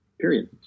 Period